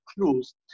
clues